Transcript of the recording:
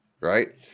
Right